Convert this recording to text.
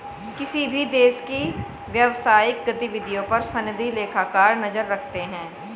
किसी भी देश की व्यवसायिक गतिविधियों पर सनदी लेखाकार नजर रखते हैं